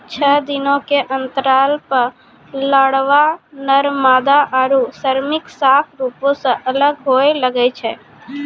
छः दिनो के अंतराल पे लारवा, नर मादा आरु श्रमिक साफ रुपो से अलग होए लगै छै